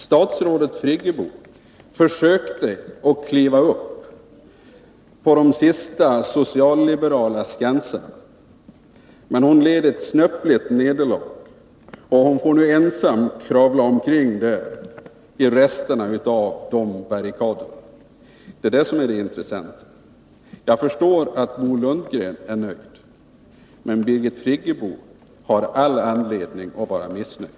Statsrådet Friggebo försökte kliva upp på de sista socialliberala skansarna, men hon led ett snöpligt nederlag och får ensam kravla omkring i resterna av de barrikaderna. Det är detta som är det intressanta. Jag förstår att Bo Lundgren är nöjd, men Birgit Friggebo har all anledning att vara missnöjd.